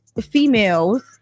females